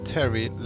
Terry